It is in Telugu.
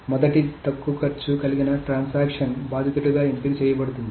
మొదటిది తక్కువ ఖర్చు కలిగిన ట్రాన్సాక్షన్ బాధితుడిగా ఎంపిక చేయబడుతుంది